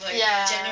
ya